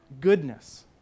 goodness